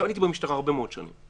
אני הייתי במשטרה הרבה מאוד שנים.